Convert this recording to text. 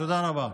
תודה רבה.